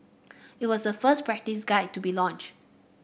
it was the first best practice guide to be launched